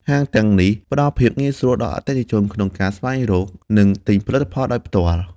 ហាងទាំងនេះផ្តល់ភាពងាយស្រួលដល់អតិថិជនក្នុងការស្វែងរក និងទិញផលិតផលដោយផ្ទាល់។